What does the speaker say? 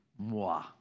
Moi